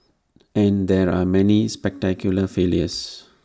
and there are many spectacular failures